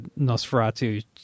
Nosferatu